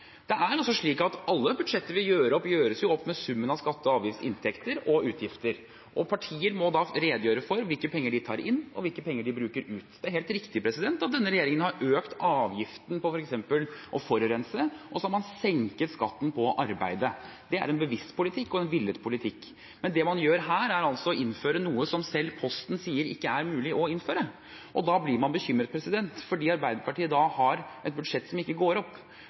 Alle budsjetter vi gjør opp, gjøres opp med summen av skatte- og avgiftsinntekter og utgifter. Partier må da redegjøre for hvilke penger de tar inn, og hvilke penger de bruker ut. Det er helt riktig at denne regjeringen har økt avgiften på f.eks. å forurense, og så har man senket skatten på arbeid. Det er en bevisst politikk og en villet politikk. Men det man gjør her, er å innføre noe som selv Posten sier ikke er mulig å innføre. Da blir man bekymret, fordi Arbeiderpartiet da har et budsjett som ikke går opp.